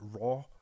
Raw